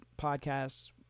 Podcasts